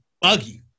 buggy